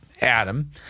Adam